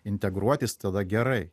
integruotis tada gerai